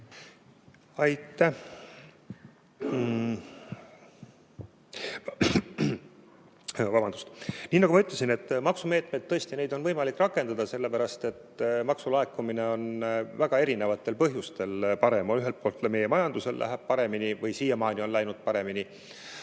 Aitäh! Nii nagu ma ütlesin, maksumeetmeid on tõesti võimalik rakendada, sellepärast et maksulaekumine on väga erinevatel põhjustel parem. Ühelt poolt meie majandusel läheb paremini või vähemalt siiamaani on läinud paremini,